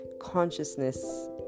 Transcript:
consciousness